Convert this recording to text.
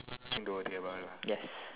yes